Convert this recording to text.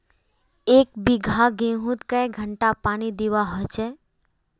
एक बिगहा गेँहूत कई घंटा पानी दुबा होचए?